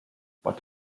but